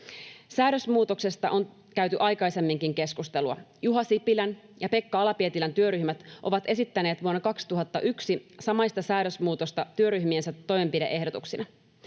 Säädösmuutoksesta on käyty aikaisemminkin keskustelua. Juha Sipilän ja Pekka Ala-Pietilän työryhmät ovat esittäneet vuonna 2021 samaista säädösmuutosta työryhmiensä toimenpide-ehdotuksina.